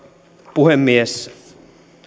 puhemies